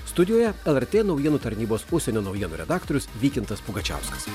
studijoje lrt naujienų tarnybos užsienio naujienų redaktorius vykintas pugačiauskas